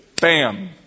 bam